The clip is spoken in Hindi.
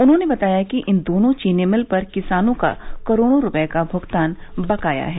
उन्होंने बताया कि इन दोनों चीनी मिल पर किसानों का करोड़ों रूपए का भुगतान बकाया है